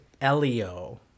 Elio